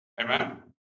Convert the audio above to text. Amen